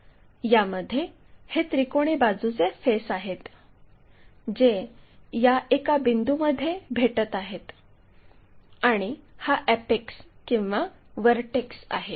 यामध्ये हे त्रिकोणी बाजूचे फेस आहेत जे या एका बिंदूमध्ये भेटत आहेत आणि हा अॅपेक्स किंवा व्हर्टेक्स आहे